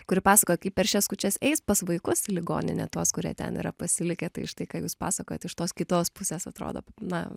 kuri pasakoja kaip per šias kūčias eis pas vaikus į ligoninę tuos kurie ten yra pasilikę tai štai ką jūs pasakojat iš tos kitos pusės atrodo na